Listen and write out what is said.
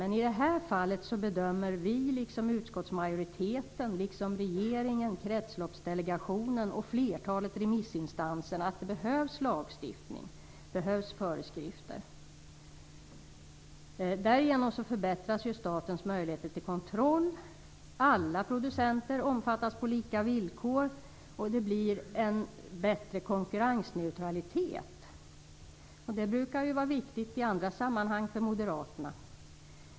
Men i det här fallet bedömer vi, liksom utskottsmajoriteten, regeringen, Kretsloppsdelegationen och flertalet remissinstanser, att det behövs lagstiftning och att det behövs föreskrifter. Därigenom förbättras statens möjligheter till kontroll. Alla producenter omfattas också på lika villkor och det blir en bättre konkurrensneutralitet. Det brukar ju vara viktigt för moderaterna i andra sammanhang.